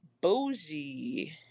Bougie